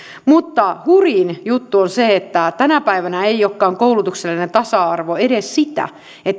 hurjin juttu on se että tänä päivänä ei olekaan koulutuksellinen tasa arvo edes sitä